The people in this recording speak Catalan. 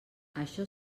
això